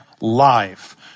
life